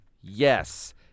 yes